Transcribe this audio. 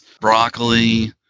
broccoli